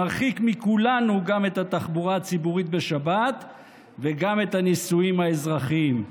מרחיק מכולנו גם את התחבורה הציבורית בשבת וגם את הנישואים האזרחיים.